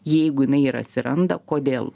jeigu jinai ir atsiranda kodėl